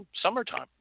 summertime